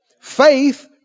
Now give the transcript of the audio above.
Faith